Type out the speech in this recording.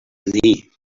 knee